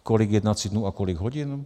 Kolik jednacích dnů a kolik hodin?